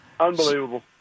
Unbelievable